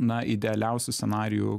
na idealiausiu scenariju